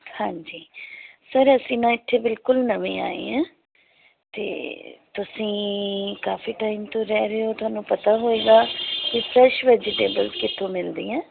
ਹਾਂਜੀ ਸਰ ਅਸੀਂ ਨਾ ਇੱਥੇ ਬਿਲਕੁਲ ਨਵੇਂ ਆਏ ਹਾਂ ਅਤੇ ਤੁਸੀਂ ਕਾਫ਼ੀ ਟਾਈਮ ਤੋਂ ਰਹਿ ਰਹੇ ਹੋ ਤੁਹਾਨੂੰ ਪਤਾ ਹੋਵੇਗਾ ਕਿ ਫਰੈੱਸ਼ ਵੈਜੀਟੇਬਲ ਕਿੱਥੋਂ ਮਿਲਦੀਆਂ